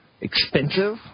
expensive